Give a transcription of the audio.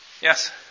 Yes